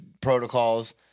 protocols